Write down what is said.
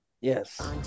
Yes